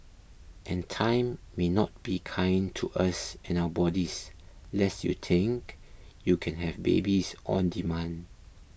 and time may not be kind to us and our bodies lest you think you can have babies on demand